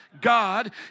God